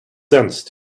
sense